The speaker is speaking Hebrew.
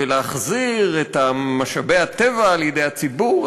ולהחזיר את משאבי הטבע לידי הציבור,